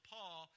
Paul